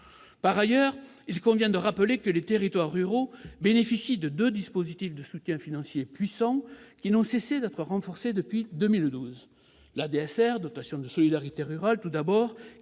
Par ailleurs, il convient de rappeler que les territoires ruraux bénéficient de deux dispositifs de soutien financier puissants qui n'ont cessé d'être renforcés depuis 2012. En premier lieu, la DSR, ou dotation de solidarité rurale, qui